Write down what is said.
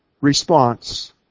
response